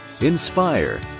inspire